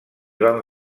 van